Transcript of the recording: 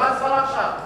נתחיל בטרנספר עכשיו?